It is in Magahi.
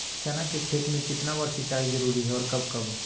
चना के खेत में कितना बार सिंचाई जरुरी है और कब कब?